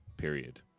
Period